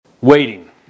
Waiting